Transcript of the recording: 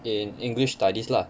in english studies lah